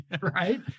Right